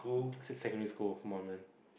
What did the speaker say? I said secondary school of Mormon